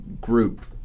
group